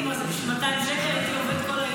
בשביל 200 שקל הייתי עובד כל היום הזה?